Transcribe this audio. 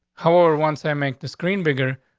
however, once i make the screen bigger,